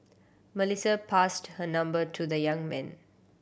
Melissa passed her number to the young man